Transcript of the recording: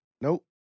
Nope